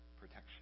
protection